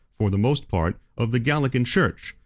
for the most part, of the gallican church,